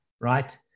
right